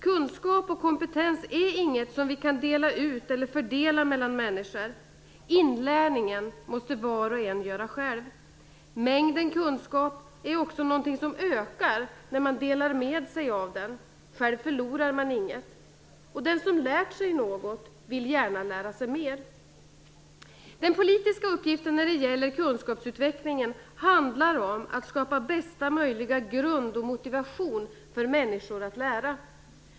Kunskap och kompetens är inget som vi kan dela ut eller fördela mellan människor. Inlärningen måste var och en göra själv. Mängden kunskap ökar också när man delar med sig av den. Själv förlorar man inget. Den som lärt sig något, vill gärna lära sig mer. Den politiska uppgiften när det gäller kunskapsutvecklingen är att skapa bästa möjliga grund och motivation för människor att lära.